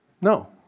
No